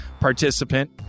participant